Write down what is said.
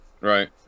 Right